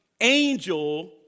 angel